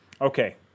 Okay